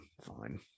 fine